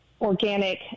organic